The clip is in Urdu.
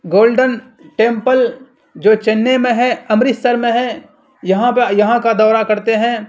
گولڈن ٹیمپل جو چنئی میں ہے امرتسر میں ہے یہاں کا یہاں کا دورہ کرتے ہیں